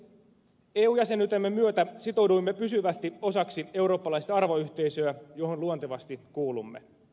eu jäsenyytemme myötä sitouduimme pysyvästi osaksi eurooppalaista arvoyhteisöä johon luontevasti kuulumme